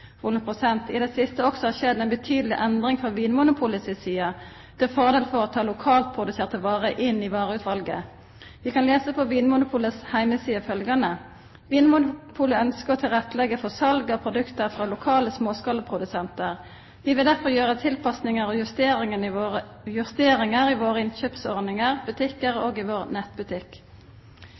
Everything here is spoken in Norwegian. i det siste også har skjedd en betydelig endring fra Vinmonopolets side til fordel for å ta lokalproduserte varer inn i vareutvalget. Vi kan lese på Vinmonopolets hjemmesider følgende: «Innenfor gjeldende regelverk ønsker Vinmonopolet å tilrettelegge for salg av produkter fra lokale småskalaprodusenter. Vi vil derfor gjøre tilpasninger og justeringer i våre innkjøpsordninger, butikker og i vår nettbutikk.»